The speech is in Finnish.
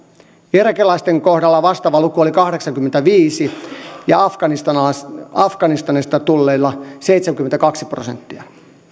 irakilaisten kohdalla vastaava luku oli kahdeksankymmentäviisi ja afganistanista tulleilla seitsemänkymmentäkaksi prosenttia